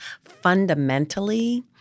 fundamentally